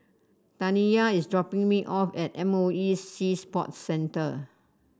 Taniyah is dropping me off at M O E Sea Sports Centre